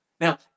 Now